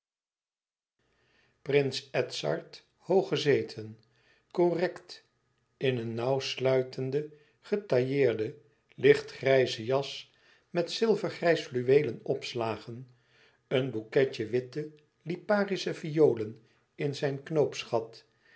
prins edzard hoog gezeten correct in een nauwsluitende getailleerde lichtgrijze jas met zilvergrijs fluweelen opslagen een boeketje witte liparische violen in zijn